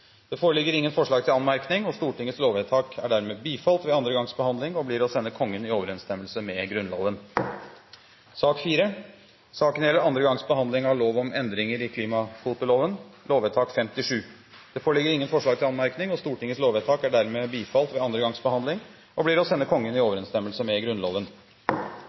Det foreligger ingen forslag til anmerkninger til noen av lovvedtakene. Stortingets lovvedtak er dermed bifalt ved andre gangs behandling og blir å sende Kongen i overensstemmelse med Grunnloven. Dermed er